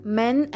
men